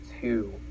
two